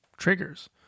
triggers